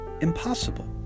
Impossible